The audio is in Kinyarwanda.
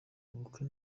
ubukwe